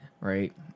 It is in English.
Right